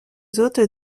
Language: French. hôtes